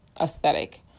aesthetic